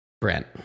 Brent